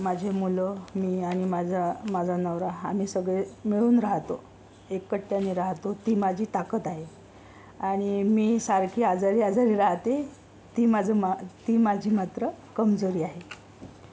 माझी मुलं मी आणि माझा माझा नवरा आम्ही सगळे मिळून राहतो एकट्याने राहतो ती माझी ताकद आहे आणि मी सारखी आजारी आजारी राहते ती माझं मा ती माझी मात्र कमजोरी आहे